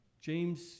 James